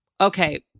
okay